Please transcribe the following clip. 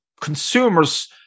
consumers